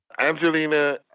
Angelina